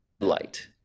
light